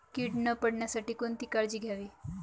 कीड न पडण्यासाठी कोणती काळजी घ्यावी?